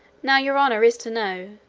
now your honour is to know,